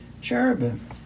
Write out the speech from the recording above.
cherubim